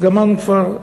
אז גמרנו כבר,